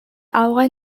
авгай